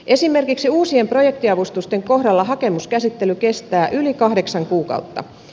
esimerkiksi uusien projektiavustusten kohdalla hakemuskäsittely kestää yli kahdeksan kuukautta